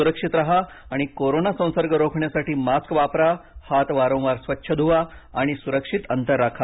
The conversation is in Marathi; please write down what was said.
सुरक्षित राहा आणि कोरोना संसर्ग रोखण्यासाठी मास्क वापरा हात वारंवार स्वच्छ धुवा सुरक्षित अंतर ठेवा